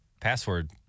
password